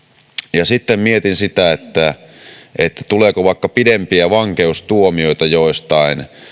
ja kun mietin sitä tuleeko vaikka pidempiä vankeustuomioita joistain